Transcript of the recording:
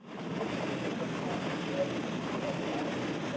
i think our time just elapsed,